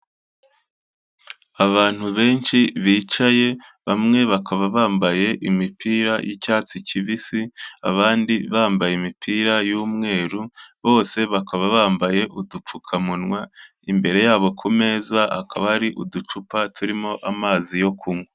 Abantu benshi bicaye, bamwe bakaba bambaye imipira y'icyatsi kibisi, abandi bambaye imipira y'umweru, bose bakaba bambaye udupfukamunwa, imbere yabo ku meza hakaba hari uducupa turimo amazi yo kunywa.